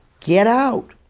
get out.